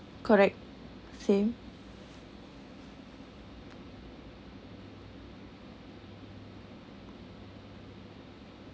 correct same